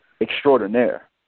extraordinaire